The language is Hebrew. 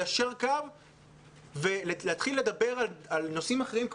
ליישר קו ולהתחיל לדבר על נושאים אחרים,